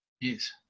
Yes